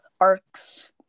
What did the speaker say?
arcs